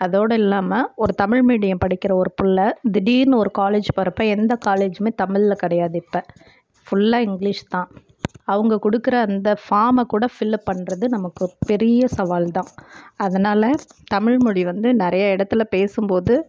அதோடு இல்லாமல் ஒரு தமிழ் மீடியம் படிக்கிற ஒரு பிள்ள திடீர்னு ஒரு காலேஜ் போகிறப்ப எந்த காலேஜுமே தமிழில் கிடையாது இப்போ ஃபுல்லா இங்கிலீஷ் தான் அவங்க கொடுக்கற அந்த ஃபார்மை கூட ஃபில்அப் பண்ணுறது நமக்கு ஒரு பெரிய சவால் தான் அதனால தமிழ்மொழி வந்து நிறைய இடத்துல பேசும்போது